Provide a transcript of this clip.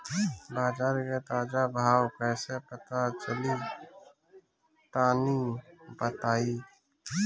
बाजार के ताजा भाव कैसे पता चली तनी बताई?